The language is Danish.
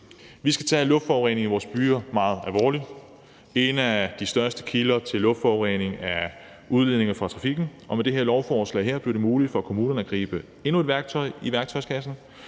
Vi skal tage luftforureningen i vores byer meget alvorligt. En af de største kilder til luftforurening er udledninger fra trafikken, og med det her lovforslag bliver det muligt for kommunerne at gribe endnu et værktøj i værktøjskassen.